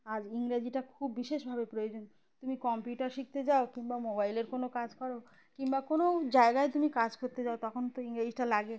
আজ ইংরেজিটা খুব বিশেষভাবে প্রয়োজন তুমি কম্পিউটার শিখতে যাও কিংবা মোবাইলের কোনো কাজ করো কিংবা কোনো জায়গায় তুমি কাজ করতে যাও তখন তো ইংরেজিটা লাগে